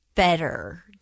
better